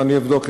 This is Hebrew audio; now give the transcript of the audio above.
ואני אבדוק,